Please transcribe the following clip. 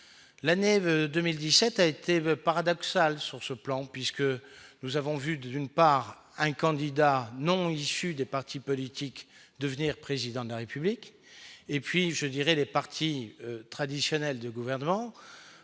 l'année 2017 a été veut paradoxal sur ce plan puisque nous avons vu d'une part un candidat non issu des partis politiques, devenir président de la République et puis je dirais les partis traditionnels du gouvernement